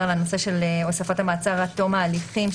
על הנושא של הוספת המעצר עד תום ההליכים,